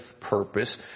purpose